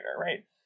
right